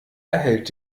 erhellt